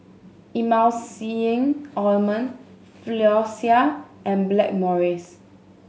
Emulsying Ointment Floxia and Blackmores